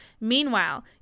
Meanwhile